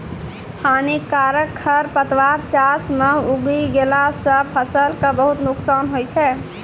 हानिकारक खरपतवार चास मॅ उगी गेला सा फसल कॅ बहुत नुकसान होय छै